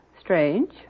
Strange